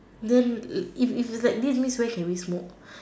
girl if if it like this means where can we smoke